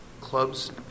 club's